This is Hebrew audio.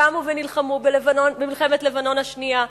קמו ונלחמו במלחמת לבנון השנייה,